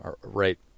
right